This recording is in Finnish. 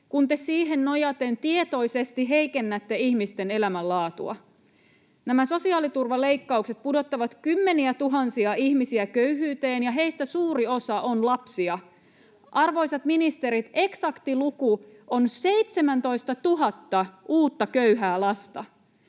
kun te siihen nojaten tietoisesti heikennätte ihmisten elämänlaatua. Nämä sosiaaliturvaleikkaukset pudottavat kymmeniä tuhansia ihmisiä köyhyyteen, ja heistä suuri osa on lapsia. Arvoisat ministerit, eksakti luku on 17 000 uutta köyhää lasta.